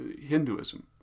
Hinduism